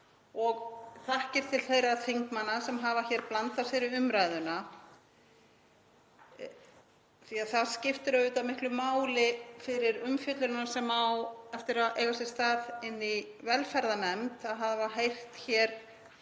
og þakkir til þeirra þingmanna sem hafa blandað sér í umræðuna því það skiptir auðvitað miklu máli fyrir umfjöllunina sem á eftir að eiga sér stað í velferðarnefnd að hafa heyrt hér